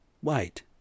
white